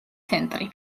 ცენტრი